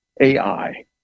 AI